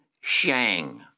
Shang